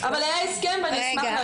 אבל היה הסכם ואני אשמח להעביר אותו.